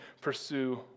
pursue